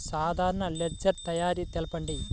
సాధారణ లెడ్జెర్ తయారి తెలుపండి?